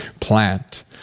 plant